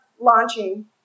launching